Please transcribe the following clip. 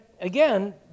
again